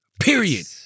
Period